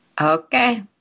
Okay